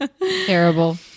terrible